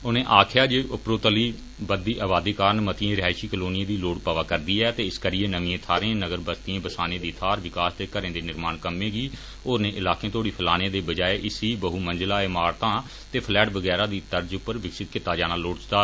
उनें आक्खेआ जे उपरोतली बददी आबादी कारण मतिएं रिहायशी कालौनिएं दी लोड़ पवा करदी ऐ ते इस करियै नमिएं थाहरें नगर बस्तियां बसाने दी थाहर विकास ते घरें दे निर्माण कम्में गी होरने इलाकें तोड़ी फैलाने दे बजाए इसी बहुमंजला इमारतां ते फ्लैट बगैरा दी तर्ज पर विकसित कीता जाना लोड़चदा